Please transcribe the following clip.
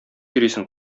йөрисең